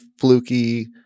fluky